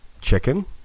chicken